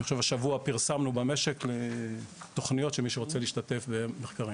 אני חושב שהשבוע פרסמנו במשק לתוכניות שמי שרוצה להשתתף במחקרים.